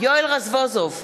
יואל רזבוזוב,